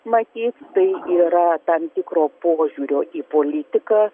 matyt tai yra tam tikro požiūrio į politiką